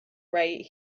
right